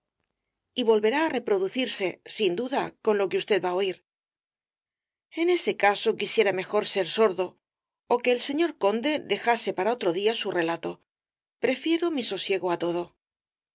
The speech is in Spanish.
y volverá á reproducirse sin duda con lo que usted va á oir en ese caso quisiera mejor ser sordo ó que el señor conde dejase para otro día su relato prefiero mi sosiego á todo